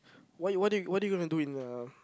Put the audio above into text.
what you what do you what do you gonna do in uh